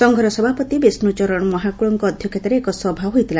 ସଂଘର ସଭାପତି ବିଷ୍ତଚରଣ ମହାକୁଳଙ୍କ ଅଧକ୍ଷତାରେ ଏକ ସଭା ହୋଇଥିଲା